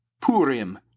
Purim